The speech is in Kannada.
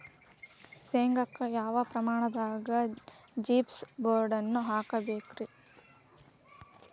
ಶೇಂಗಾಕ್ಕ ಯಾವ ಪ್ರಾಯದಾಗ ಜಿಪ್ಸಂ ಬೋರಾನ್ ಹಾಕಬೇಕ ರಿ?